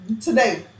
today